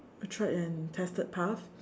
tried and tested path